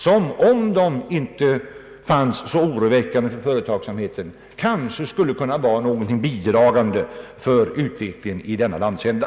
Ett nedbringande av fraktkostnaderna i Norrland skulle kanske kunna bidra till en synnsammare utveckling av företagsamheten i denna landsända.